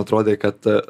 atrodė kad